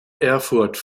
erfurt